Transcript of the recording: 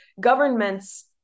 governments